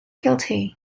guilty